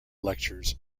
lectures